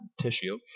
tissue